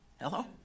Hello